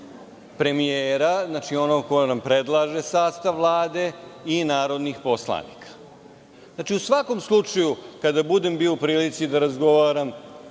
premijera, znači onoga ko nama predlaže sastav Vlade, i narodnih poslanika. U svakom slučaju kada budem bio u prilici da razgovaram